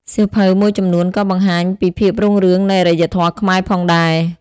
សៀវភៅមួយចំនួនក៏បង្ហាញពីភាពរុងរឿងនៃ អរិយធម៌ខ្មែរ ផងដែរ។